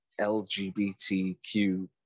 LGBTQ